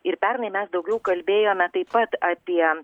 ir pernai mes daugiau kalbėjome taip pat apie